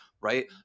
right